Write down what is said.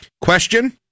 question